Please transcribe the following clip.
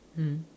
mmhmm